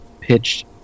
pitched